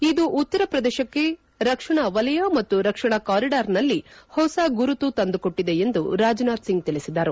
ಇದು ಉತ್ತರಪ್ರದೇಶಕ್ಕೆ ರಕ್ಷಣಾ ವಲಯ ಮತ್ತು ರಕ್ಷಣಾ ಕಾರಿಡಾರ್ನಲ್ಲಿ ಹೊಸ ಗುರುತು ತಂದುಕೊಟ್ಟಿದೆ ಎಂದು ರಾಜನಾಥ್ ಸಿಂಗ್ ತಿಳಿಸಿದರು